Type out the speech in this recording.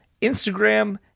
Instagram